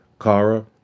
Kara